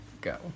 go